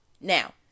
Now